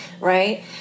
right